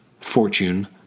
Fortune